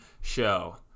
show